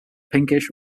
pinkish